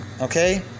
Okay